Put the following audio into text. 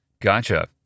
Gotcha